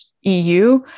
EU